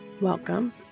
welcome